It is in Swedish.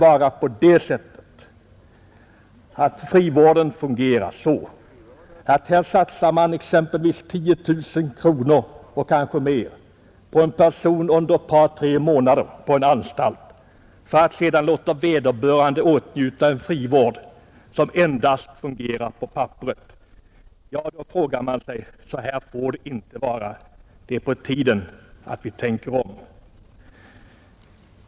Frivården får inte fungera på det sättet, att man satsar 10 000 kronor eller mer på en person som under ett par månader vistas på anstalt, för att sedan låta vederbörande åtnjuta en frivård som endast fungerar på papperet. Det är på tiden att vi tänker om!